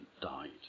died